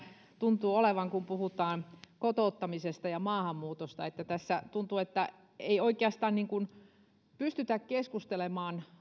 tuntuu olevan kun puhutaan kotouttamisesta ja maahanmuutosta tässä tuntuu että ei oikeastaan pystytä keskustelemaan